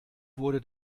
wurde